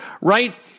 right